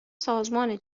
سازمان